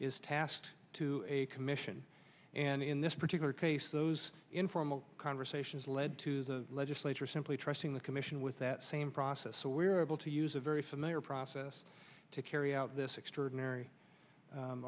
is tasked to a commission and in this particular case those informal conversations led to the legislature simply trusting the commission with that same process so we were able to use a very familiar process to carry out this extraordinary